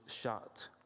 shut